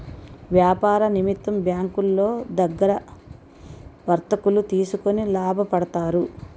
వ్యాపార నిమిత్తం బ్యాంకులో దగ్గర వర్తకులు తీసుకొని లాభపడతారు